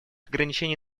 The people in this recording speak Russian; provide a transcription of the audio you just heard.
ограничений